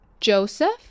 Joseph